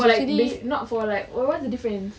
for like base~ not for like what what's the difference